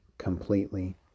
completely